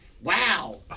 wow